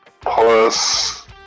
plus